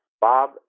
Bob